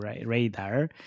radar